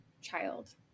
child